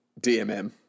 DMM